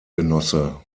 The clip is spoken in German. genosse